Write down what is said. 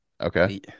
okay